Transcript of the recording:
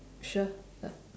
sure